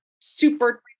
super